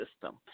system